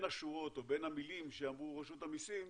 השורות או בין המילים שאמרו ברשות המסים,